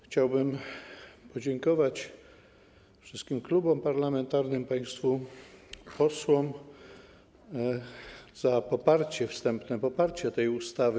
Chciałbym podziękować wszystkim klubom parlamentarnym, państwu posłom za wstępne poparcie tej ustawy.